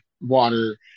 water